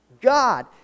God